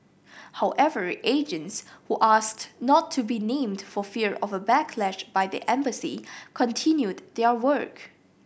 however agents who asked not to be named for fear of a backlash by the embassy continued their work